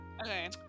Okay